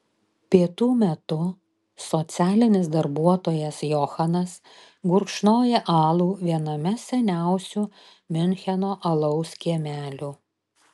pietų metu socialinis darbuotojas johanas gurkšnoja alų viename seniausių miuncheno alaus kiemelių